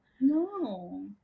no